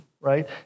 Right